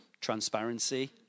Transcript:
transparency